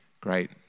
great